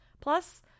Plus